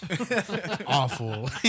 Awful